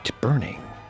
burning